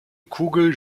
kugel